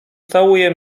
całuje